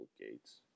Gates